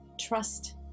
trust